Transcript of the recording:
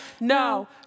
no